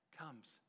comes